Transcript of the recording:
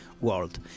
world